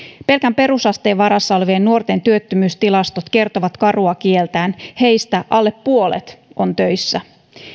pelkän perusasteen varassa olevien nuorten työttömyystilastot kertovat karua kieltään heistä alle puolet on töissä